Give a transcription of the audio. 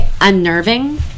unnerving